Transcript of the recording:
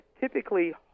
typically